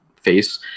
face